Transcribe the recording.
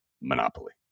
monopoly